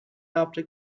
after